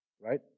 right